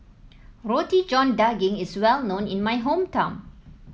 Roti John Daging is well known in my hometown